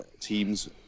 teams